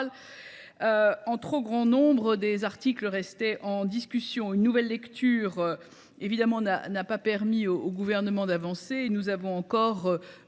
un trop grand nombre d’articles restaient en discussion. Une nouvelle lecture n’a évidemment pas permis au Gouvernement d’avancer, et nous avons subi